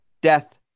death